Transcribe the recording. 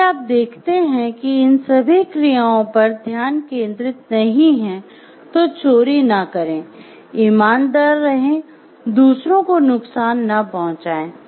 यदि आप देखते हैं कि इन सभी क्रियाओं पर ध्यान केंद्रित नहीं हैं तो चोरी न करें ईमानदार रहें दूसरों को नुकसान न पहुंचाएं